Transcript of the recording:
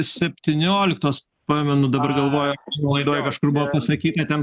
septynioliktos pamenu dabar galvoju laidoj kažkur buvo pasakyta ten